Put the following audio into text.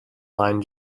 line